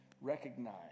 recognize